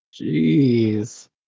Jeez